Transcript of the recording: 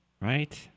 right